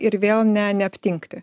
ir vėl ne neaptingti